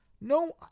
No